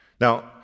Now